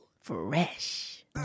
Fresh